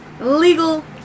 Illegal